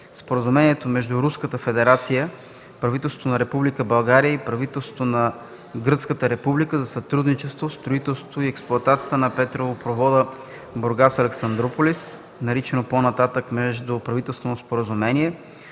Споразумението между Руската федерация, правителството на Република България и правителството на Гръцката република за сътрудничество в строителството и експлоатацията на петролопровода Бургас – Александруполис, наричано по-нататък „Междуправителственото споразумение”,